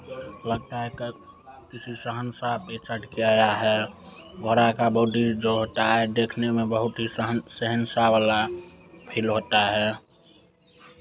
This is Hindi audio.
लगता है कि किसी शहंशाह पे चढ़के आया है घोड़ा का बॉडी जो होता है देखने में बहुत ही शहं शहंशाह वाला फील होता है